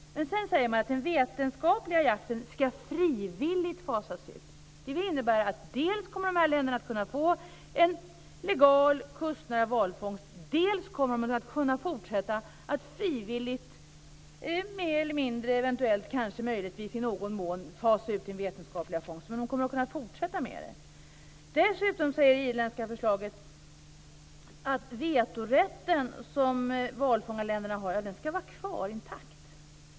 Men sedan säger man att den vetenskapliga jakten skall frivilligt fasas ut. Det innebär att de här länderna dels kommer att kunna få en legal kustnära valfångst, dels kommer att kunna fortsätta att frivilligt mer eller mindre så att säga eventuellt, kanske, möjligtvis i någon mån fasa ut den vetenskapliga fångsten. Man kommer dock att kunna fortsätta med det här. Dessutom säger det irländska förslaget att den vetorätt som valfångarländerna har skall vara kvar, skall vara intakt.